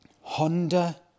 Honda